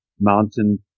mountain